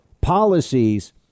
policies